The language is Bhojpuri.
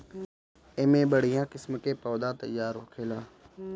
एमे बढ़िया किस्म के पौधा तईयार होखेला